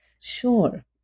Sure